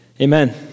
Amen